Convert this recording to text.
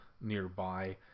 nearby